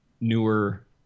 newer